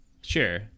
Sure